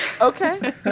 okay